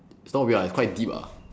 it's not weird ah it's quite deep ah